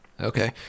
Okay